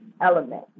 element